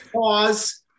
pause